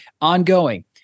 ongoing